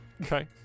Okay